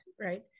right